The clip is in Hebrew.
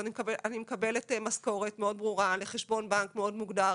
אז אני מקבלת משכורת מאוד ברורה לחשבון בנק מאוד מוגדר,